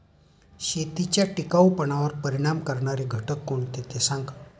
शेतीच्या टिकाऊपणावर परिणाम करणारे घटक कोणते ते सांगा